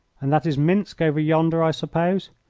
and that is minsk over yonder, i suppose.